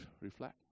reflect